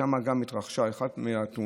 ששם גם התרחשה אחת מתאונות